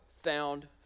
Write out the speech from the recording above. found